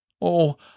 Oh